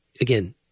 Again